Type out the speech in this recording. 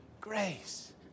Grace